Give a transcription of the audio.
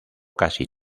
casi